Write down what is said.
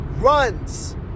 runs